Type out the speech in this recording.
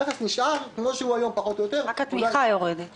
המכס נשאר כפי שהוא היום פחות או יותר אבל התמיכה מסתיימת.